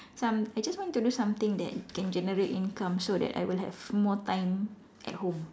some I just want to do something that can generate income so that I will have more time at home